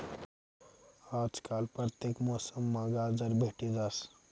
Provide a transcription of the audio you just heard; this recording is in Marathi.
आजकाल परतेक मौसममा गाजर भेटी जास